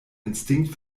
instinkt